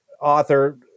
author